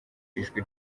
ijwi